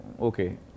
okay